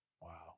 Wow